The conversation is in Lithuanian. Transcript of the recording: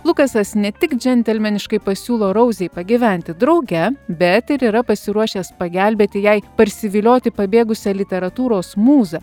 lukasas ne tik džentelmeniškai pasiūlo rouzei pagyventi drauge bet ir yra pasiruošęs pagelbėti jai parsivilioti pabėgusią literatūros mūzą